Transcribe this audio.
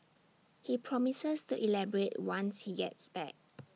he promises to elaborate once he gets back